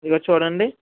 ఇదిగో చూడండి